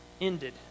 ended